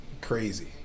Crazy